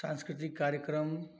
साँस्कृतिक कार्यक्रम